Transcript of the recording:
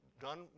done